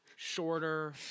Shorter